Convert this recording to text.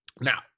Now